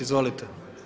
Izvolite.